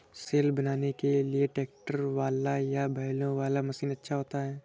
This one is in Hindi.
सिल बनाने के लिए ट्रैक्टर वाला या बैलों वाला मशीन अच्छा होता है?